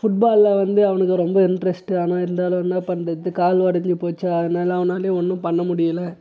ஃபுட்பாலில் வந்து அவனுக்கு ரொம்ப இன்ட்ரஸ்ட்டு ஆனால் இருந்தாலும் என்ன பண்ணுறது கால் உடஞ்சிப்போச்சு அதனால் அவனாலையும் ஒன்றும் பண்ண முடியல